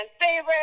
favorite